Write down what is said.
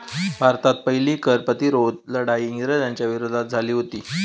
भारतात पहिली कर प्रतिरोध लढाई इंग्रजांच्या विरोधात झाली हुती